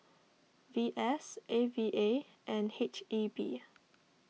V S A V A and H E B